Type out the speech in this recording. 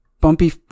Bumpy